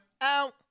out